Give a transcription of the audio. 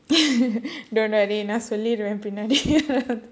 நான் சொல்லிடறேன் பின்னாடி:naan sollidraen pinnaadi